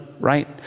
right